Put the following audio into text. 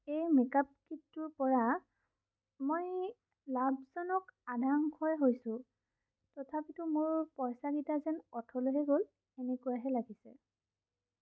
এই মেকআপ কীটটোৰপৰা মই লাভজনক আধা অংশই হৈছোঁ তথাপিতো মোৰ পইচাকেইটা যেন অথলেহে গ'ল সেনেকুৱাহে লাগিছে